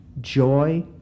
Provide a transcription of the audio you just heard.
joy